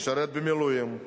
משרת במילואים,